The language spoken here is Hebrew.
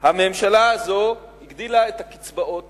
הממשלה הזו הגדילה את הקצבאות